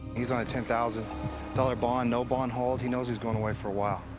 he's on a ten thousand dollars bond, no bond hold. he knows he's going away for a while.